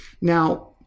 Now